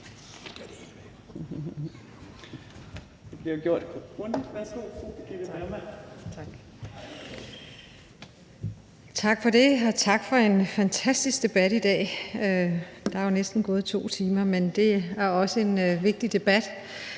Tak for det, og tak for en fantastisk debat i dag. Der er jo næsten gået 2 timer, men det er også en vigtig debat.